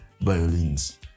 violins